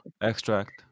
Extract